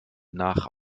nach